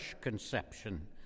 conception